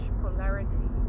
polarity